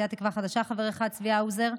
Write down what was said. סיעת תקווה חדשה חבר אחד: צבי האוזר,